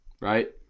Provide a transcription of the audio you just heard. right